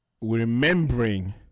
remembering